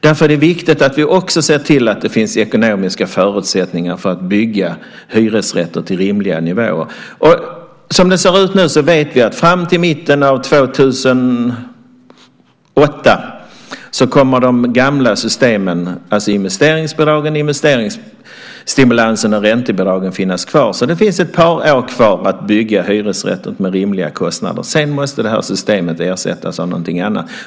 Därför är det viktigt att vi också ser till att det finns ekonomiska förutsättningar för att bygga hyresrätter till rimliga nivåer. Som det ser ut nu vet vi att fram till mitten av 2008 kommer de gamla systemen, investeringsbidragen, investeringsstimulansen och räntebidragen, att finnas kvar. Det finns alltså ett par år kvar att bygga hyresrätter med rimliga kostnader. Sedan måste det här systemet ersättas med någonting annat.